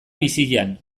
bizian